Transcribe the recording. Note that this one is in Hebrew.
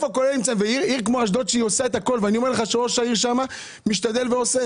אני יכול להגיד שראש העיר אשדוד משתדל ועושה